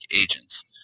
agents